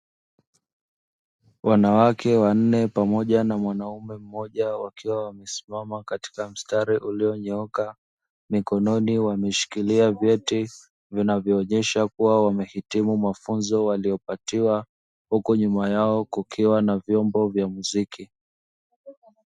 Wanawake wanne pamoja na mwanaume mmoja, wakiwa wamesimama katika mstari ulionyooka, mikononi wameshikilia vyeti vinavyoonyesha kuwa wamehitimu mafunzo waliyopatiwa, huku nyuma yao kukiwa na vyombo vya muziki.